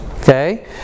Okay